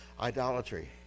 idolatry